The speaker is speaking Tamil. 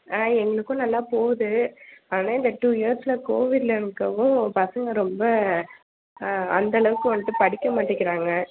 ஆ எனக்கும் நல்லா போகுது ஆனாள் இந்த டூ இயர்ஸில் கோவிட்டில் எனக்கு அவ்வளோ பசங்கள் ரொம்ப அந்த அளவுக்கு வந்துட்டு படிக்க மாட்டிக்கிறாங்க